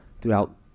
Throughout